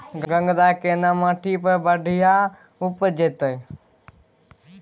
गंगराय केना माटी पर बढ़िया उपजते?